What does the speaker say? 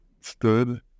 stood